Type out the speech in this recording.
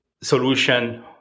solution